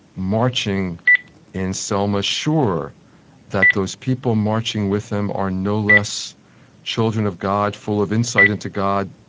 marching in selma, sure that those people marching with him are no less children of god, full of insight into god,